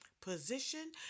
position